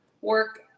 work